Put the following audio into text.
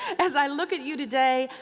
as i look at you today,